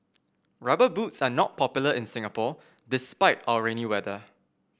rubber boots are not popular in Singapore despite our rainy weather